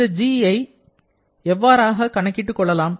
இந்த Gஐ எவ்வாறு கணக்கிட்டுக் கொள்ளலாம்